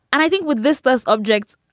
and i think with this buzz objects,